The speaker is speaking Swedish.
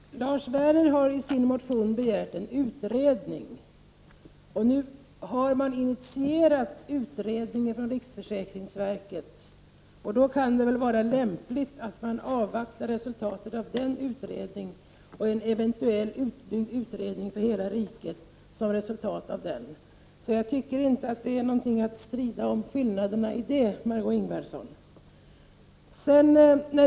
Fru talman! Lars Werner har i sin motion begärt en utredning. Nu har man 16 november 1989 initierat en utredning från riksförsäkringsverkets sida. Då kan det väl vara SN lämpligt att man avvaktar resultatet av den utredningen och en eventuell utbyggd utredning för hela riket som resultat av den. Jag tycker inte att skillnaderna är någonting att strida om, Margö Ingvardsson.